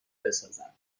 بسازند